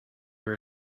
her